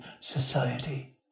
society